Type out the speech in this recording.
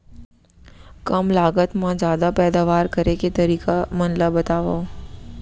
कम लागत मा जादा पैदावार करे के तरीका मन ला बतावव?